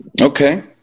Okay